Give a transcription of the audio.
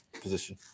position